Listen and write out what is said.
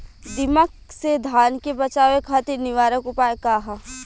दिमक से धान के बचावे खातिर निवारक उपाय का ह?